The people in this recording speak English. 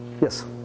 Yes